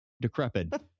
decrepit